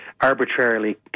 arbitrarily